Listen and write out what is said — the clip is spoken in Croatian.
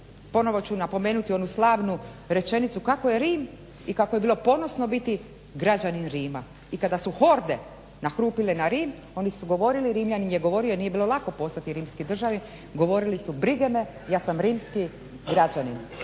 Ponovno ću napomenuti onu slavnu rečenicu kako je Rim i kako je ponosno biti građanin Rima i kada su horde nahrupile na Rim oni su govorili, Rimljanin je govorio i nije bilo lako poslati rimski državljanin, brige me ja sam rimski građanin.